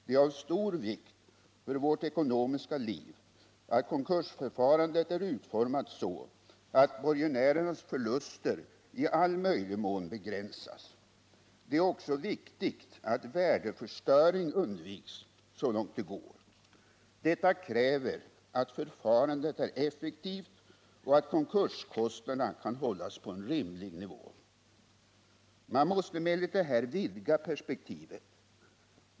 Det är av stor vikt för vårt ekonomiska liv att konkursförfarandet är utformat så att borgenärernas förluster i all möjlig mån begränsas. Det är också viktigt att Nr 141 värdeförstöring undviks så långt det går. Detta kräver att förfarandet är Onsdagen den effektivt och att konkurskostnaderna kan hållas på en rimlig nivå. 9 maj 1979 Man måste emellertid här vidga perspektivet.